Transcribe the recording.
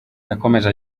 yakomeje